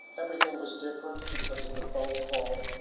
everything was different because of the phone call,